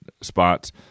spots